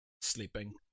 sleeping